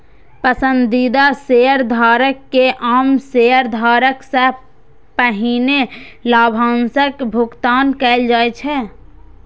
पसंदीदा शेयरधारक कें आम शेयरधारक सं पहिने लाभांशक भुगतान कैल जाइ छै